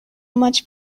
much